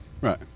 Right